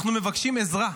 אנחנו מבקשים עזרה.